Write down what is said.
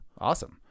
Awesome